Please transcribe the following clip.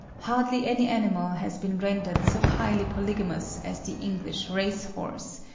hardly any animal has been rendered so highly polygamous as the english race-horse,